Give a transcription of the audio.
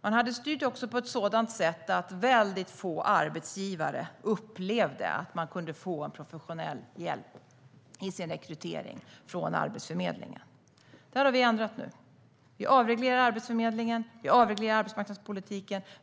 Man styrde även på ett sådant sätt att väldigt få arbetsgivare upplevde att de kunde få professionell hjälp i sin rekrytering från Arbetsförmedlingen. Det här har vi ändrat nu. Vi avreglerar Arbetsförmedlingen. Vi avreglerar arbetsmarknadspolitiken.